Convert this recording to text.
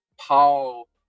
Paul